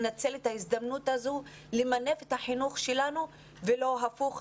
צריך לנצל את ההזדמנות הזו כדי למנף את החינוך שלנו ולא הפוך,